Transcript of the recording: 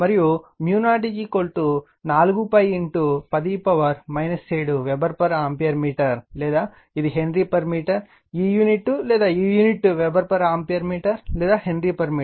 మరియు 0 4π10 7 weber ampere metre లేదా ఇది హెన్రీ మీటర్ ఈ యూనిట్ లేదా ఈ యూనిట్ వెబెర్ ఆంపియర్ మీటర్ లేదా హెన్రీ మీటర్